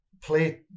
play